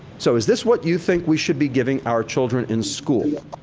so, is this what you think we should be giving our children in school?